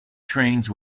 trains